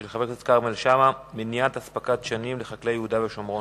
של חבר הכנסת שאמה: מניעת אספקת דשנים לחקלאי יהודה ושומרון.